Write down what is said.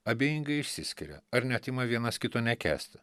abejingai išsiskiria ar net ima vienas kito nekęsti